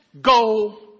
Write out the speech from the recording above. go